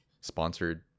sponsored